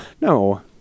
No